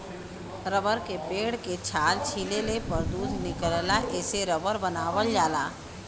rubber के पेड़ के छाल छीलले पर दूध निकलला एसे रबर बनावल जाला